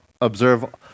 observe